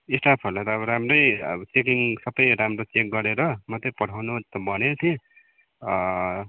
स्टाफहरूलाई त अब राम्रै अबो चेकिङ सबै राम्रो चेक गरेर मात्र पठाउनु त भनेको थिएँ